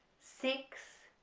six,